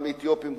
אתיופים,